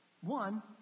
One